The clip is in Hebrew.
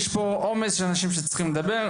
יש פה עומס ויש אנשים שצריכים לדבר.